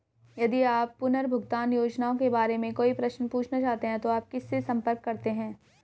यदि आप पुनर्भुगतान योजनाओं के बारे में कोई प्रश्न पूछना चाहते हैं तो आप किससे संपर्क करते हैं?